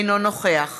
אינו נוכח